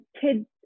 kids